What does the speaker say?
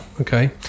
okay